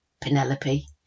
Penelope